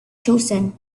chosen